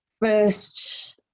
first